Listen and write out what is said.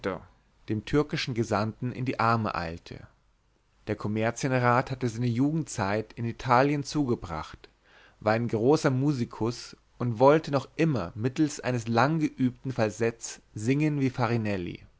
dem türkischen gesandten in die arme eilte der kommerzienrat hatte seine jugendzeit in italien zugebracht war ein großer musikus und wollte noch immer mittelst eines lang geübten falsetts singen wie